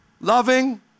loving